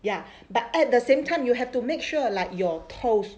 ya but at the same time you'll have to make sure like your toes